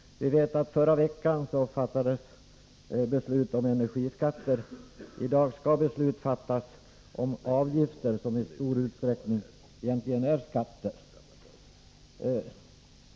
Förra veckan fattade riksdagen beslut om energiskatter, och i dag skall beslut fattas om avgifter som i stor utsträckning egentligen är skatter.